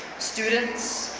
students,